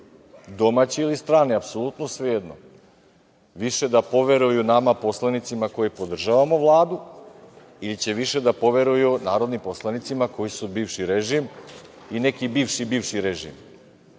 domaći ili strani, apsolutno svejedno, više da poveruju nama poslanicima koji podržavamo Vladu ili će više da poveruju narodnim poslanicima koji su bivši režim i neki bivši-bivši režim.